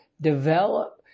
develop